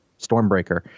Stormbreaker